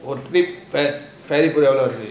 ஒரு:oru trip fair சேரி பூ எவ்ளோ வருது:seri poo evlo varuthu